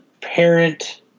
parent